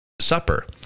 Supper